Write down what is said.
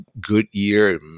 Goodyear